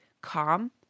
calm